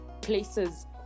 places